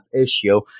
issue